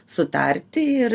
sutarti ir